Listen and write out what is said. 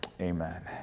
amen